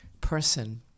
person